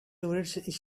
tourists